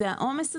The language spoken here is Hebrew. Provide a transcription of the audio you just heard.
והעומס הזה,